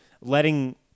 letting